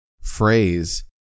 phrase